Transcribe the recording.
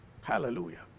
Hallelujah